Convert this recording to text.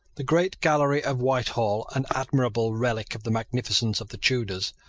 the great gallery of whitehall, an admirable relic of the magnificence of the tudors,